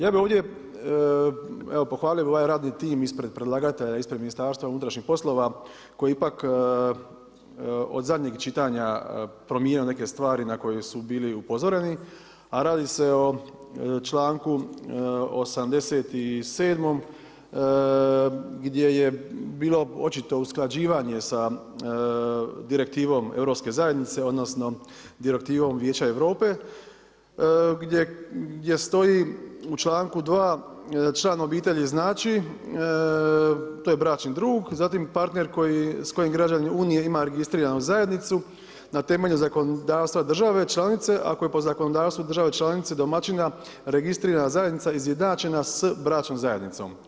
Ja bih pohvalio ovaj radni tim ispred predlagatelja ispred MUP-a koji ipak od zadnjeg čitanja promijenio neke stvari na koje su bili upozoreni, a radi se o članku 87. gdje je bilo očito usklađivanje sa direktivom Europske zajednice odnosno direktivom Vijeća Europe, gdje stoji u članku 2. član obitelji znači to je bračni drug, zatim partner s kojim građanin Unije ima registriranu zajednicu na temelju zakonodavstva države članice, ako je po zakonodavstvu države članice domaćina registrirana zajednica izjednačena s bračnom zajednicom.